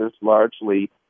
largely